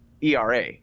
ERA